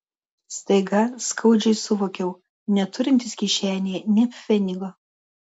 staiga skaudžiai suvokiau neturintis kišenėje nė pfenigo